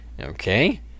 Okay